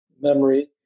memory